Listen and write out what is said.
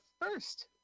first